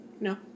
no